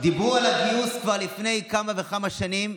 דיברו על הגיוס כבר לפני כמה וכמה שנים,